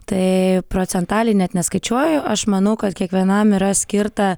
tai procentaliai net neskaičiuoju aš manau kad kiekvienam yra skirta